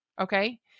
Okay